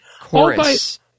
Chorus